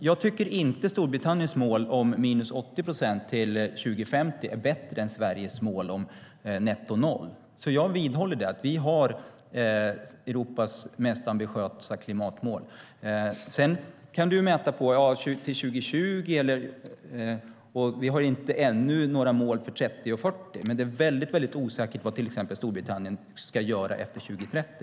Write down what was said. Jag tycker inte att Storbritanniens mål om en minskning med 80 procent till 2050 är bättre än Sveriges mål om noll utsläpp netto. Jag vidhåller att vi har Europas mest ambitiösa klimatmål. Sedan kan du ju mäta till 2020 eller så. Vi har ännu inte några mål för 2030 och 2040. Men det är väldigt osäkert vad till exempel Storbritannien ska göra efter 2030.